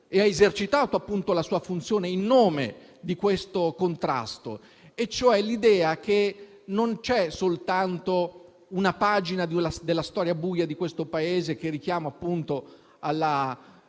ed ha esercitato la sua funzione in nome di questo contrasto. E cioè l'idea che non c'è soltanto una pagina della storia buia di questo Paese che richiama alla